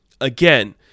again